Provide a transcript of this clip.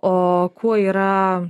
o kuo yra